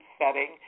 setting